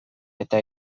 eta